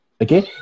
Okay